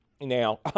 Now